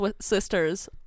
sisters